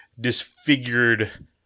disfigured